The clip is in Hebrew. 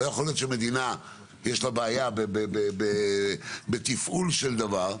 לא יכול להיות שלמדינה יש בעיה בתפעול של דבר,